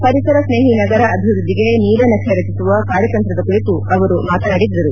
ಪರಿಸರ ಸ್ನೇಹಿ ನಗರ ಅಭಿವೃದ್ದಿಗೆ ನೀಲ ನಕ್ಷೆ ರಚಿಸುವ ಕಾರ್ಯತಂತ್ರದ ಕುರಿತು ಅವರು ಮಾತನಾಡಿದರು